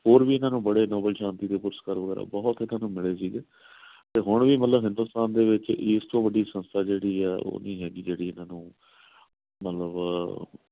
ਹੋਰ ਵੀ ਇਹਨਾਂ ਨੂੰ ਬੜੇ ਨੋਵਲ ਸ਼ਾਂਤੀ ਦੇ ਪੁਰਸਕਾਰ ਵਗੈਰਾ ਬਹੁਤ ਇਹਨਾਂ ਨੂੰ ਮਿਲੇ ਸੀਗੇ ਅਤੇ ਹੁਣ ਵੀ ਮਤਲਬ ਹਿੰਦੁਸਤਾਨ ਦੇ ਵਿੱਚ ਇਸ ਤੋਂ ਵੱਡੀ ਸੰਸਥਾ ਜਿਹੜੀ ਹੈ ਹੋਰ ਨਹੀਂ ਹੈਗੀ ਜਿਹੜੀ ਇਹਨਾਂ ਨੂੰ ਮਤਲਬ